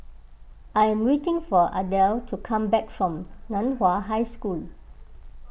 I am waiting for Adel to come back from Nan Hua High School